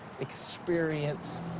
experience